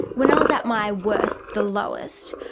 when i was at my worst, the lowest,